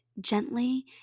gently